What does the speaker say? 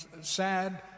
sad